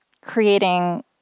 creating